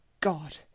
god